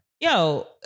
Yo